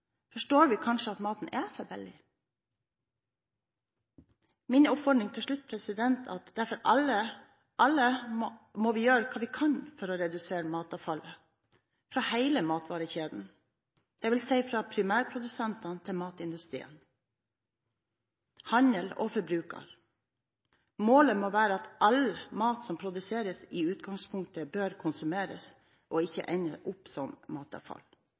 forstår vi kanskje at maten er for billig. Min oppfordring til slutt er derfor at vi alle må gjøre det vi kan for å redusere matavfallet, i hele matvarekjeden, det vil si fra primærprodusentene til matindustrien, handel og forbruker. Målet må være at all mat som produseres, i utgangspunktet bør konsumeres og ikke ende opp som matavfall